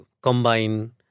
combine